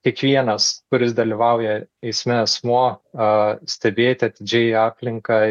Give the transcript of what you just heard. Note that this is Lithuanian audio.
kiekvienas kuris dalyvauja eisme asmuo a stebėti atidžiai aplinką